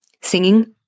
singing